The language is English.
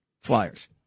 flyers